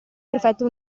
perfetto